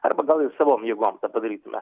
arba gal ir savom jėgom tą padarytume